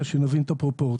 שנבין את הפרופורציות.